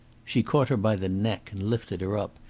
she caught her by the neck and lifted her up.